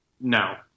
No